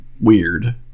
weird